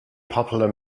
popular